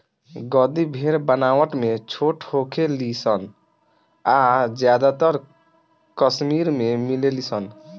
गद्दी भेड़ बनावट में छोट होखे ली सन आ ज्यादातर कश्मीर में मिलेली सन